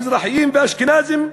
המזרחים והאשכנזים,